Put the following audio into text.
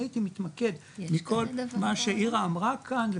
הייתי מתמקד מכל מה שאירה אמרה כאן,